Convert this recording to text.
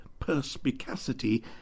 perspicacity